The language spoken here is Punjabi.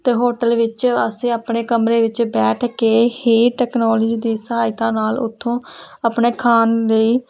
ਅਤੇ ਹੋਟਲ ਵਿੱਚ ਅਸੀਂ ਆਪਣੇ ਕਮਰੇ ਵਿੱਚ ਬੈਠ ਕੇ ਹੀ ਟੈਕਨੋਲੋਜੀ ਦੀ ਸਹਾਇਤਾ ਨਾਲ ਉੱਥੋਂ ਆਪਣੇ ਖਾਣ ਲਈ